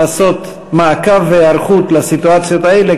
לעשות מעקב והיערכות לסיטואציות האלה,